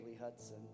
Hudson